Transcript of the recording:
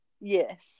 Yes